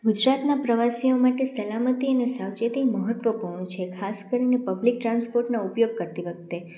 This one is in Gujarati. ગુજરાતમાં પ્રવાસીઓ માટે સલામતી અને સાવચેતી મહત્વપૂર્ણ છે ખાસ કરીને પબ્લિક ટ્રાન્સપોર્ટનો ઉપયોગ કરતી વખતે